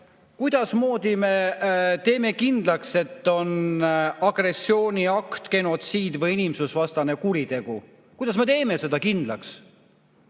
kuidasmoodi me teeme kindlaks, et on agressiooniakt, genotsiid või inimsusevastane kuritegu? Kuidas me teeme selle kindlaks?